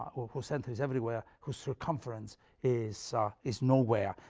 or whose center is everywhere, whose circumference is ah is nowhere.